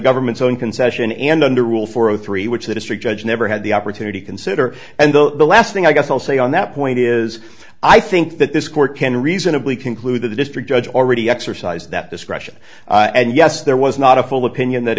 government's own concession and under rule four hundred and three which the district judge never had the opportunity consider and the last thing i guess i'll say on that point is i think that this court can reasonably conclude that the district judge already exercise that discretion and yes there was not a full opinion that